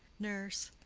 nurse.